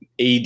AD